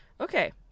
Okay